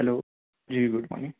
hello جی good morning